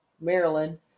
Maryland